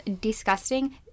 disgusting